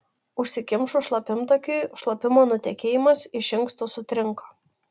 užsikimšus šlapimtakiui šlapimo nutekėjimas iš inksto sutrinka